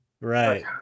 right